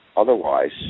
Otherwise